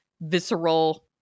visceral